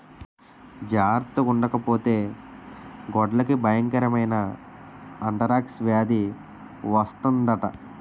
జార్తగుండకపోతే గొడ్లకి బయంకరమైన ఆంతరాక్స్ వేది వస్తందట